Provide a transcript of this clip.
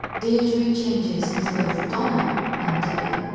deidre changes into both donna and debbie.